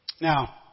Now